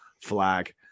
flag